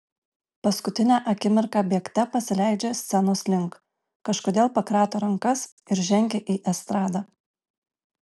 paskutinę akimirką bėgte pasileidžia scenos link kažkodėl pakrato rankas ir žengia į estradą